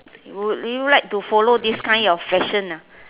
would you like to follow this kind of fashion ah